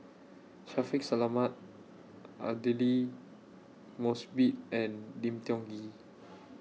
Shaffiq Selamat Aidli Mosbit and Lim Tiong Ghee